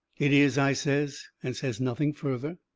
it is, i says. and says nothing further.